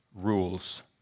rules